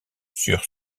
sur